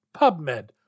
PubMed